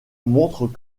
montrent